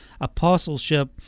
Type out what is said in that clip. apostleship